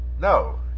No